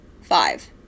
five